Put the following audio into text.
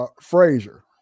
Frazier